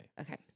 Okay